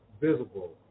visible